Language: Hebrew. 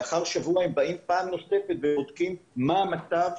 לאחר שבוע הם באים פעם נוספת ובודקים מה המצב,